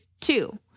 Two